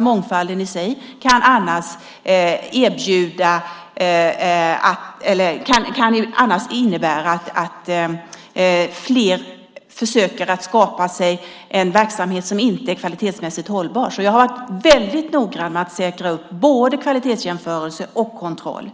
Mångfalden i sig kan annars innebära att fler försöker skapa sig en verksamhet som inte är kvalitetsmässigt hållbar. Jag har varit väldigt noggrann med att säkra både kvalitetsjämförelser och kontroll.